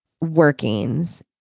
workings